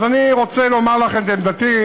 אז אני רוצה לומר לך את עמדתי.